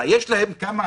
יש להם 16